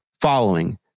following